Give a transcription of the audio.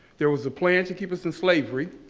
there was a plan to keep us in slavery.